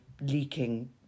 Leaking